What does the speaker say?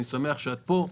אני שמח שאת פה.